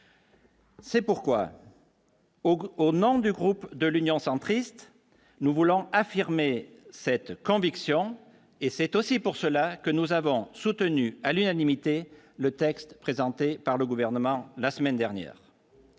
C'est pourquoi, au bout, au nom du groupe de l'Union centriste nous voulons affirmer cette quand diction et c'est aussi pour cela que nous avons soutenu à l'unanimité le texte présenté par le gouvernement la semaine dernière,